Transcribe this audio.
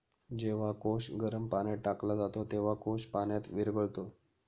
जेव्हा कोश गरम पाण्यात टाकला जातो, तेव्हा कोश पाण्यात विरघळतो